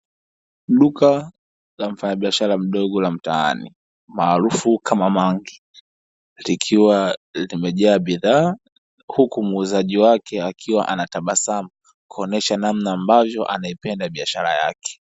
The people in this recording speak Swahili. Duka la mfanyabiashara mdogo la mtaani, maarufu kama mangi; likiwa limejaa bidhaa huku muuzaji wake akiwa anatabasamu, kuonyesha namna ambavyo anaipenda biashara yake.